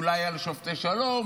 אולי על שופטי שלום,